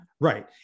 Right